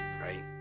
right